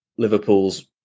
Liverpool's